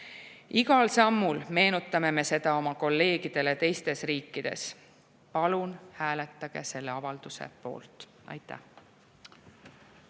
Igal sammul meenutame me seda oma kolleegidele teistes riikides. Palun hääletage selle avalduse poolt! Aitäh!